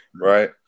right